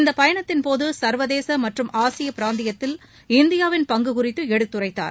இப்பயணத்தின்போது சர்வதேச மற்றும் ஆசிய பிராந்தியத்தில் இந்தியாவின் பங்கு குறித்து எடுத்துரைத்தார்